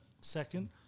second